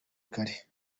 kare